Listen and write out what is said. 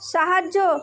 সাহায্য